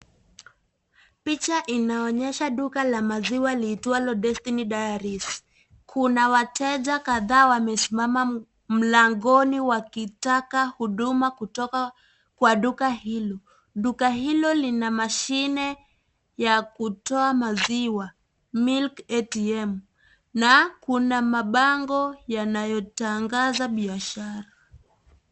Picha inaonyesha duka la maziwa liitwalo Destiny Diaries kuna wateja kadhaa ambao wamesimama mlangoni wakitaka huduma kutoka kwa duka hilo, duka hilo lina mashine ya kutoa maziwa Milk ATM na kuna mabango yanayo tangaza biashara.